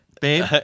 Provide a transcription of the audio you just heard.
babe